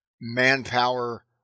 manpower